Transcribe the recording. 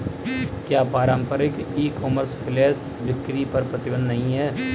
क्या पारंपरिक e commerce flash बिक्री पर प्रतिबंध नहीं है?